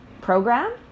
program